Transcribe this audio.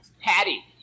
Patty